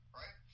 right